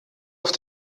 auf